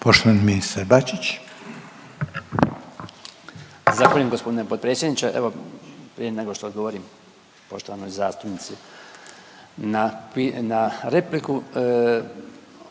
Branko (HDZ)** Zahvaljujem gospodine potpredsjedniče. Evo prije nego što odgovorim poštovanoj zastupnici na repliku.